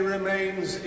Remains